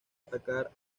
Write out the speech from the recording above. atacar